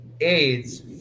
aids